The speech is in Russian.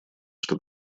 что